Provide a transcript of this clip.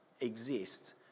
exist